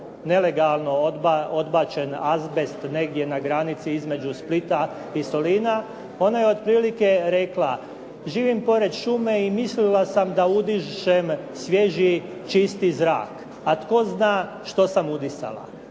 nelegalno odbačen azbest negdje na granici između Splita i Solina, ona je otprilike rekla živim pored šume i mislila sam da udišem svježi, čisti zrak, a tko zna što sam udisala.